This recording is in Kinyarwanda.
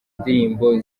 indirimbo